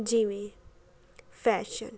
ਜਿਵੇਂ ਫੈਸ਼ਨ